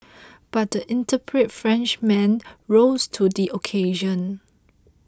but the intrepid Frenchman rose to the occasion